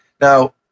Now